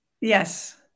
Yes